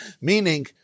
Meaning